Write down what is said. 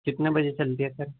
کتنے بجے چلتی ہے سر